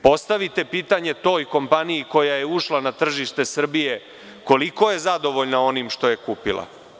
Postavite pitanje toj kompaniji koja je ušla na tržište Srbije – koliko je zadovoljna onim što je kupila?